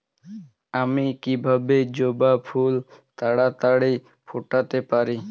আমি কিভাবে জবা ফুল তাড়াতাড়ি ফোটাতে পারি?